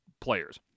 players